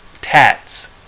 tats